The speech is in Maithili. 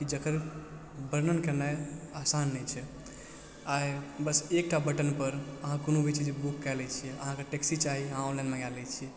जकर वर्णन केनाइ आसान नहि छै आइ बस एकटा बटनपर अहाँ कोनो भी चीज बुक कए लै छी अहाँके टैक्सी चाही अहाँ ऑनलाइन मँगा लै छी